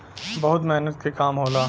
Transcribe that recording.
बहुत मेहनत के काम होला